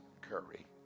Curry